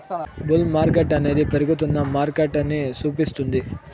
bull మార్కెట్టనేది పెరుగుతున్న మార్కెటని సూపిస్తుంది